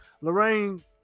Lorraine